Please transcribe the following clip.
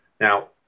now